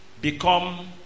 become